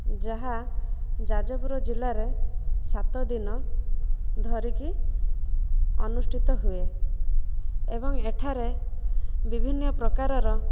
ଯାହା ଯାଜପୁର ଜିଲ୍ଲାରେ ସାତ ଦିନ ଧରିକି ଅନୁଷ୍ଠିତ ହୁଏ ଏବଂ ଏଠାରେ ବିଭିନ୍ନପ୍ରକାରର